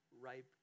ripe